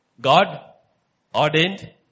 God-ordained